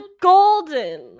golden